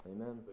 Amen